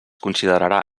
considerarà